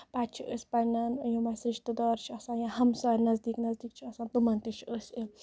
پَتہٕ چھِ أسۍ پَنٕنین یِم اَسہِ رِشتِدار چھِ آسان یا ہَمسایہِ نَزدیٖک نَزدیٖک چھِ آسان تِمَن تہِ چھِ أسۍ یہِ